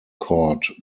court